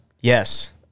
Yes